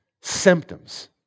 symptoms